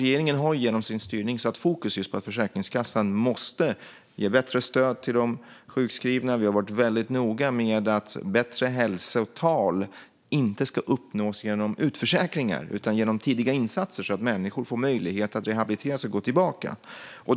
Regeringen har genom sin styrning satt fokus på att Försäkringskassan måste ge bättre stöd till de sjukskrivna. Vi har varit väldigt noga med att bättre hälsotal inte ska uppnås genom utförsäkringar utan genom tidiga insatser så att människor får möjlighet att rehabilitera sig och gå tillbaka.